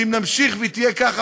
שאם נמשיך והיא תהיה ככה,